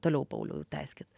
toliau pauliau tęskit